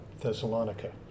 Thessalonica